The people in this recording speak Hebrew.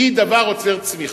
היא דבר עוצר צמיחה.